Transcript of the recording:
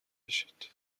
بشید